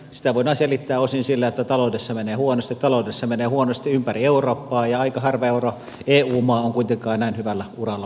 sitä voidaan selittää osin sillä että taloudessa menee huonosti taloudessa menee huonosti ympäri eurooppaa ja aika harva eu maa on kuitenkaan näin hyvällä uralla kuin me olemme